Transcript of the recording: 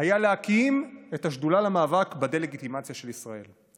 היה להקים את השדולה למאבק בדה-לגיטימציה של ישראל,